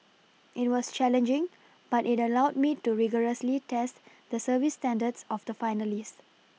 it was challenging but it allowed me to rigorously test the service standards of the finalist